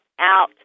out